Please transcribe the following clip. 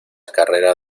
carrera